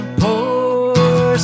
poor